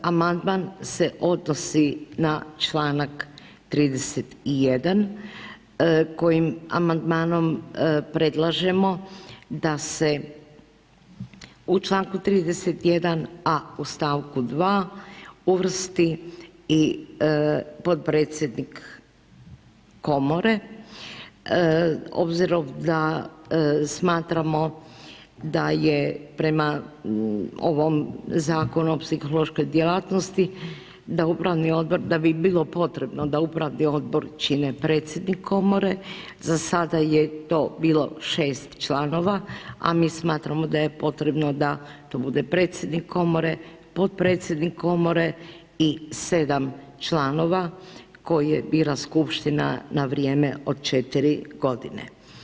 Amandman se odnosi na članak 31. kojim amandmanom predlažemo da se u članku 31. a u stavku 2. uvrsti i potpredsjednik komore obzirom da smatramo da je prema ovom Zakonu o psihološkoj djelatnosti da upravni odbor, da bi bilo potrebno da upravni odbor čine predsjednik komore, za sada je to bilo 6 članova a mi smatramo da je potrebno da to bude predsjednik komore, potpredsjednik komore i 7 članova koje bira skupština na vrijeme od 4 godine.